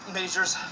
Majors